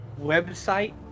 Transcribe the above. website